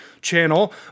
channel